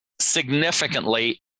significantly